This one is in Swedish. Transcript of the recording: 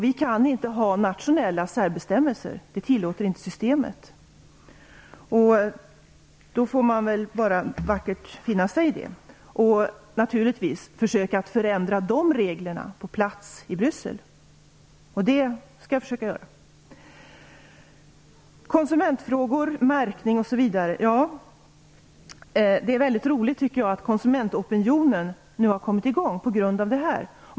Vi kan inte ha nationella särbestämmelser. Systemet tillåter inte det. Vi får finna oss i det och i stället försöka ändra reglerna på plats i Bryssel. Det skall jag försöka göra. När det gäller konsumentfrågor och märkning vill jag säga att det är glädjande att konsumentopinionen nu har kommit i gång.